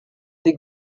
des